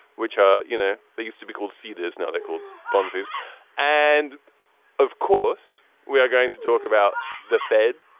which are you know, they used to be called see, there's no called funsies and of course, we are going to talk about the fed,